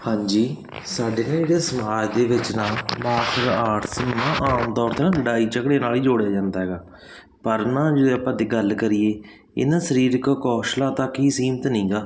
ਹਾਂਜੀ ਸਾਡੇ ਨਾ ਜਿਹੜੇ ਸਮਾਜ ਦੇ ਵਿੱਚ ਨਾ ਮਾਰਸ਼ਲ ਆਰਟਸ ਨੂੰ ਨਾ ਆਮ ਤੌਰ 'ਤੇ ਨਾ ਲੜਾਈ ਝਗੜੇ ਨਾਲ ਹੀ ਜੋੜਿਆ ਜਾਂਦਾ ਹੈਗਾ ਪਰ ਨਾ ਜੇ ਆਪਾਂ ਦੀ ਗੱਲ ਕਰੀਏ ਇਹ ਨਾ ਸਰੀਰਕ ਕੌਸ਼ਲਾਂ ਤੱਕ ਹੀ ਸੀਮਤ ਨਹੀਂ ਗਾ